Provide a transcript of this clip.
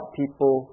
people